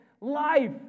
life